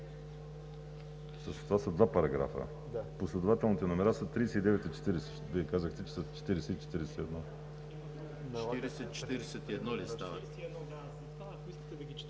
40, това са два параграфа. Последователните номера са 39 и 40, Вие казахте, че са 40 и 41. ДОКЛАДЧИК ХАЛИЛ